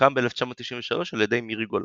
הוקם ב-1993 על ידי מירי גולן.